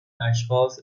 اشخاص